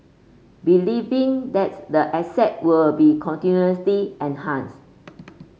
believing that's the asset will be continuously enhanced